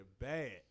bad